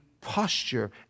posture